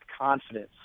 confidence